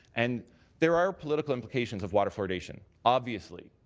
and there are political implications of water fluoridation, obviously.